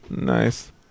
Nice